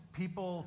people